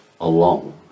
alone